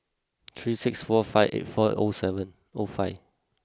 three six four five eight four O seven O five